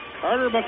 Carter